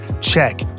check